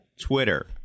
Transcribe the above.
Twitter